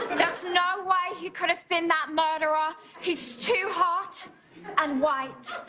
there's no way he could have been that murderer. he's too hot and white.